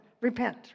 repent